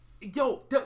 yo